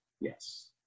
Yes